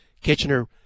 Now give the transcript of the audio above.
Kitchener